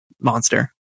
monster